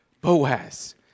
Boaz